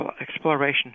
exploration